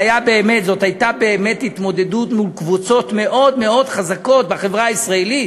זאת הייתה באמת התמודדות עם קבוצות מאוד חזקות בחברה הישראלית.